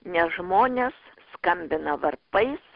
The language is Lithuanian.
nes žmonės skambina varpais